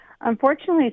Unfortunately